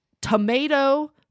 tomato